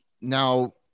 now